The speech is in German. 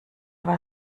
war